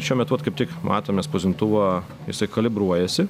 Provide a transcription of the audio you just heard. šiuo metu kaip tik matome spausdintuvą jisai kalibruojasi